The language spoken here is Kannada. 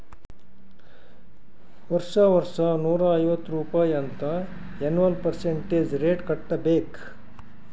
ವರ್ಷಾ ವರ್ಷಾ ನೂರಾ ಐವತ್ತ್ ರುಪಾಯಿ ಅಂತ್ ಎನ್ವಲ್ ಪರ್ಸಂಟೇಜ್ ರೇಟ್ ಕಟ್ಟಬೇಕ್